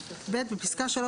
בפסקה (3),